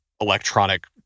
electronic